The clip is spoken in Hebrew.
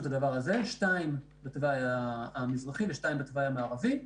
את הדבר הזה שתיים בתוואי המזרחי ושתיים בתוואי המערבי,